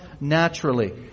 naturally